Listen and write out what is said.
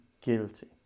guilty